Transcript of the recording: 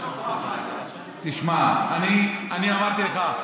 תחשוב פעמיים, תשמע, אני אמרתי לך,